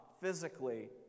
physically